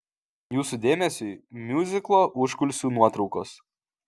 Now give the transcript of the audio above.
jūsų dėmesiui miuziklo užkulisių nuotraukos